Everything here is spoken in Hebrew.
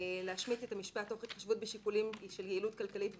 להשמיט את המשפט "תוך התחשבות בשיקולים של יעילות כלכלית ותפעולית"